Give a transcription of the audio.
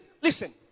listen